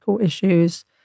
issues